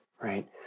Right